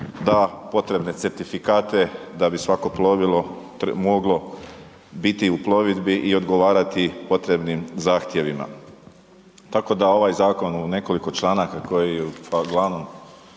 da potrebne certifikate da bi svako plovimo moglo biti u plovidbi i odgovarati potrebnim zahtjevima. Tako da ovaj zakon u nekoliko članaka koji uglavnom